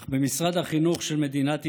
אך במשרד החינוך של מדינת ישראל,